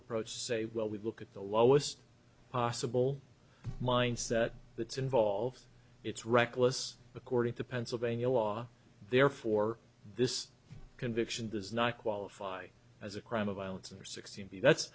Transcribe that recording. approach say well we look at the lowest possible mindset that's involved it's reckless according to pennsylvania law therefore this conviction does not qualify as a crime of violence or sixteen b that's